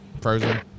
Frozen